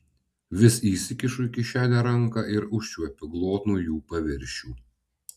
vis įsikišu į kišenę ranką ir užčiuopiu glotnų jų paviršių